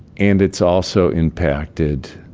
and it's also impacted